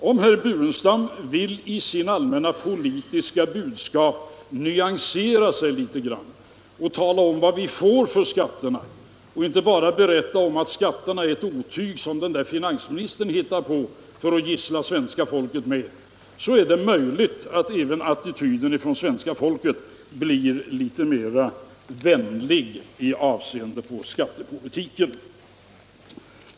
Om herr Burenstam Linder i sitt allmänna politiska budskap vill nyansera sig litet och tala om vad vi får för skatterna och inte bara berätta att de är ett otyg som den där finansministern hittar på för att gissla svenska folket med, så är det möjligt att attityden från svenska folket blir litet vänligare i avseende på skattepolitiken.